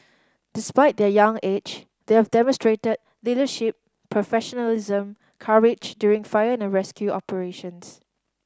despite their young age they have demonstrated leadership professionalism courage during fire and rescue operations